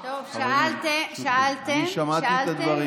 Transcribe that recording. טוב, שאלתם, שאלתם,